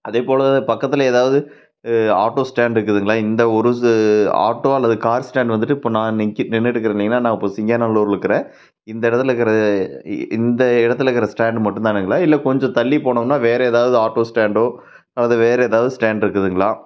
அதேபோல் தான் பக்கத்தில் ஏதாவது ஆட்டோ ஸ்டாண்ட் இருக்குதுங்களா இந்த ஒரு ஆட்டோ அல்லது கார் ஸ்டாண்டு வந்துவிட்டு இப்போ நான் நிக்கிற நின்னுட்டுருக்கிறேங்கல்லையா நான் இப்போ சிங்காநல்லூரில் இருக்கிறேன் இந்த இடத்துல இருக்கிற இந்த இடத்துல இருக்கிற ஸ்டாண்ட் மட்டும்தானுங்களா இல்லை கொஞ்சம் தள்ளி போனோம்னா வேற எதாவது ஆட்டோ ஸ்டாண்டோ ஏதாவது வேற ஏதாவது ஸ்டாண்ட் இருக்குதுங்களா